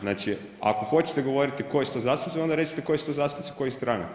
Znači, ako hoćete govoriti koji su to zastupnici, onda recite koji su to zastupnici kojih stranaka.